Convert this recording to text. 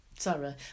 Sorry